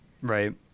Right